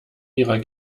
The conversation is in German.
ihrer